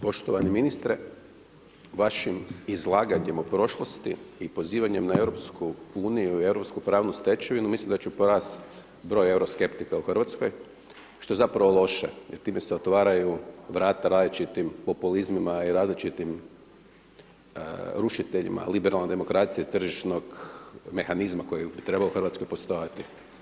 Poštovani ministre, vašim izlaganje o prošlosti i pozivanjem na EU i europsku pravnu stečevinu, mislim da će porast broj euroskeptika u Hrvatskoj, što je zapravo loše, jer time se otvaraju vrata različitim populizmima i različitim, rušiteljima, liberalne demokracije tržišnog mehanizma koji bi trebao u Hrvatskoj postojati.